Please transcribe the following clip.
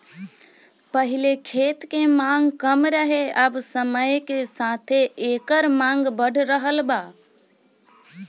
पहिले खेत के मांग कम रहे अब समय के साथे एकर मांग बढ़ रहल बा